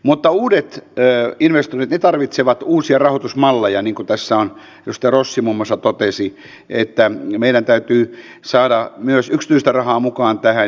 mutta uudet investoinnit tarvitsevat uusia rahoitusmalleja niin kuin tässä muun muassa edustaja rossi totesi että meidän täytyy saada myös yksityistä rahaa mukaan tähän